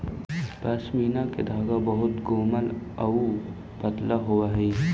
पशमीना के धागा बहुत कोमल आउ पतरा होवऽ हइ